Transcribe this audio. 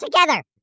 together